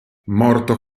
morto